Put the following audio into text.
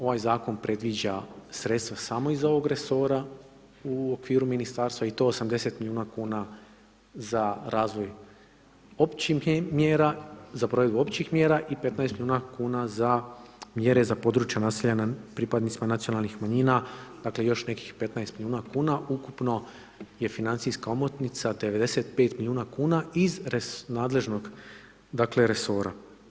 Ovaj zakon predviđa sredstva samo iz ovog resora u okviru ministarstva i to 80 miliona kuna za razvoj općih mjera, za provedbu općih mjera i 15 miliona kuna za mjere za područja naseljena pripadnicima nacionalnih manjina, dakle još nekih 15 milijuna kuna, ukupno je financijska omotnica 95 milijuna kuna iz nadležnog dakle resora.